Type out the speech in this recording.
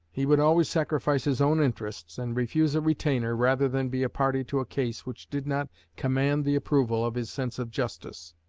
he would always sacrifice his own interests, and refuse a retainer, rather than be a party to a case which did not command the approval of his sense of justice.